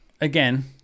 again